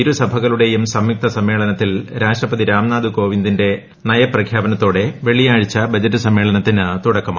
ഇരുസഭകളുടെയും പ്രിസ്ംയുക്ത സമ്മേളനത്തിൽ രാഷ്ട്രപതി രാംനാഥ് ക്ടോവീന്ദിന്റെ നയപ്രഖ്യാപനത്തോടെ വെള്ളിയാഴ്ച ബജറ്റ് സമ്മേള്ളന്ത്തിന് തുടക്കമായി